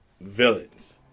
villains